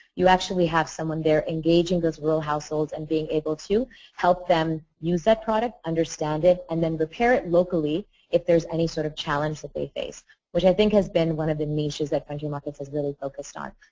you actually have someone there engaging those rural households and being able to help them use that product, understand it and then repair it locally if thereis any sort of challenge that they face which i think has been one of the niches that and frontier markets has really focused on.